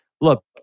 look